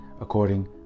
according